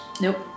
nope